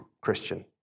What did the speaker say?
Christian